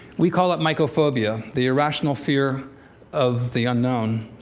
we call it mycophobia, the irrational fear of the unknown,